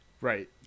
Right